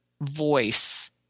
voice